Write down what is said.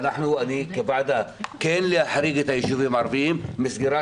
אנחנו כוועדה כן להחריג את היישובים הערביים מסגירה